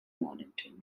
mornington